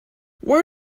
where